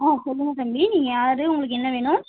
ஆ சொல்லுங்க தம்பி நீங்கள் யார் உங்களுக்கு என்ன வேணும்